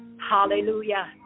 Hallelujah